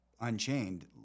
Unchained